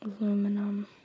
Aluminum